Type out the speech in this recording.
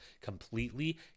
completely